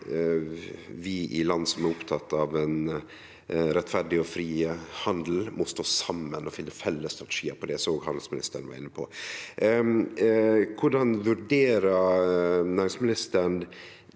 vi i land som er opptekne av ein rettferdig og fri handel, må stå saman og finne felles strategiar på det næringsministeren var inne på. Korleis vurderer næringsministeren